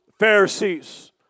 Pharisees